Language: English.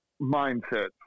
mindsets